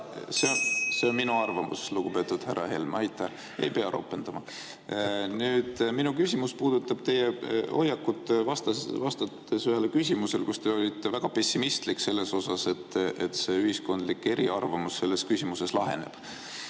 See on minu arvamus, lugupeetud härra Helme. Aitäh! Ei pea ropendama. Nüüd, minu küsimus puudutab teie hoiakut. Vastates ühele küsimusele te olite väga pessimistlik selles osas, et ühiskondlikud eriarvamused selles küsimuses lahenevad.